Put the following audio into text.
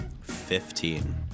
Fifteen